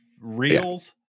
reels